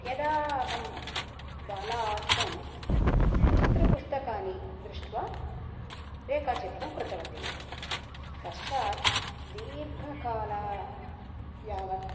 यदा अहं बाला आसं चित्रपुस्तकानि दृष्ट्वा रेखाचित्रं कृतवती पश्चात् दीर्घकालं यावत्